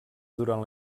durant